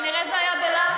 כנראה זה היה בלחש.